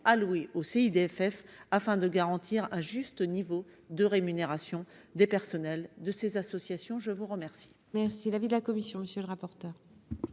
allouée aussi des fêves, afin de garantir un juste niveau de rémunération des personnels de ces associations, je vous remercie. Merci l'avis de la commission, monsieur le rapporteur.